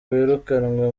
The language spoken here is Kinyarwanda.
wirukanwe